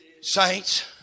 Saints